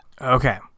Okay